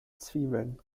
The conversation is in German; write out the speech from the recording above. zwiebeln